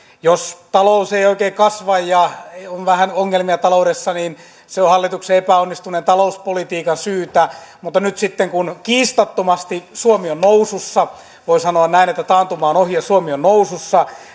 jos talous ei oikein kasva ja on vähän ongelmia taloudessa se on hallituksen epäonnistuneen talouspolitiikan syytä mutta nyt sitten kun kiistattomasti suomi on nousussa voi sanoa näin että taantuma on ohi ja suomi on nousussa